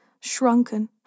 shrunken